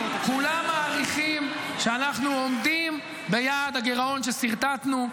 כולם מעריכים שאנחנו עומדים ביעד הגירעון שסרטטנו.